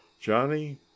Johnny